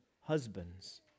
husbands